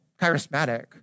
charismatic